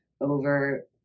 over